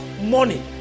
money